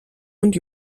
und